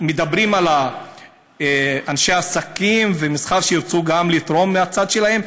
מדברים על אנשי עסקים ומסחר שירצו גם לתרום מהצד שלהם.